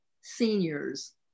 seniors